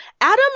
Adam